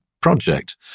project